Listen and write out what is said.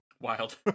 wild